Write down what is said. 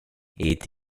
est